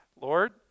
Lord